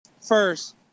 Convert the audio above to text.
first